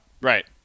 Right